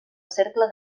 cercle